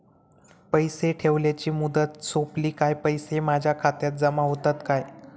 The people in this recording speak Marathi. पैसे ठेवल्याची मुदत सोपली काय पैसे माझ्या खात्यात जमा होतात काय?